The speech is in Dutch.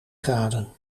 graden